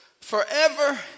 forever